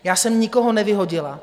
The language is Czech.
Já jsem nikoho nevyhodila.